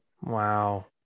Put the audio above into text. Wow